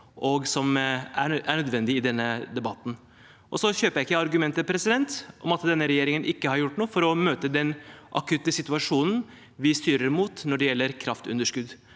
må stille oss i denne debatten. Jeg kjøper ikke argumentet om at denne regjeringen ikke har gjort noe for å møte den akutte situasjonen vi styrer mot når det gjelder kraftunderskudd.